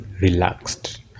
relaxed